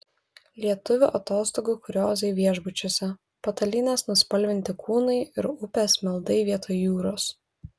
lietuvių atostogų kuriozai viešbučiuose patalynės nuspalvinti kūnai ir upės meldai vietoj jūros